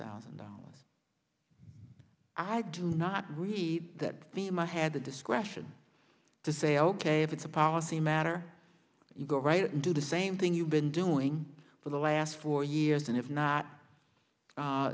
thousand dollars i do not read that theme i had the discretion to say ok if it's a policy matter you go right into the same thing you've been doing for the last four years and if not